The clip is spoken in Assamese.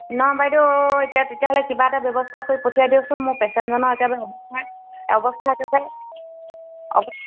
নহয় বাইদেউ এতিয়া তেতিয়াহ'লে কিবা এটা ব্যৱস্থা কৰি পঠিয়াই দিয়কচোন মোৰ পেচেণ্টজনৰ একেবাৰে অৱস্থা অৱস্থা একেবাৰে অৱ